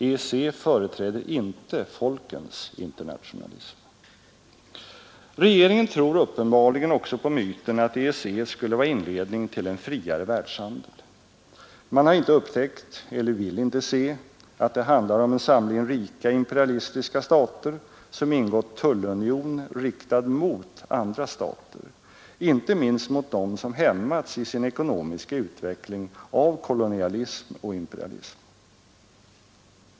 EEC företräder inte folkens internationalism. Regeringen tror uppenbarligen också på myten att EEC skulle vara inledning till en friare världshandel. Man har inte upptäckt eller vill inte se att det handlar om en samling rika imperialistiska stater som ingått tullunion riktad mot andra stater, inte minst mot dem som hämmas i sin ekonomiska utveckling av kolonialism och imperialism.